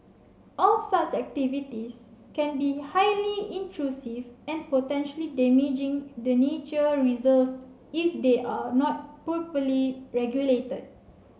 all such activities can be highly intrusive and potentially damaging to the nature reserves if they are not properly regulated